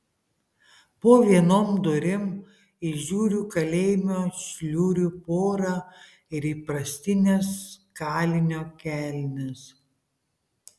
po vienom durim įžiūriu kalėjimo šliurių porą ir įprastines kalinio kelnes